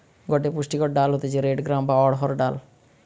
গটে পুষ্টিকর ডাল হতিছে রেড গ্রাম বা অড়হর ডাল